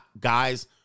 Guys